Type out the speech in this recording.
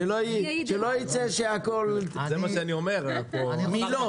כבוד היושב-ראש, אני רוצה